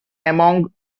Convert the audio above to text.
among